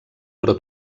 però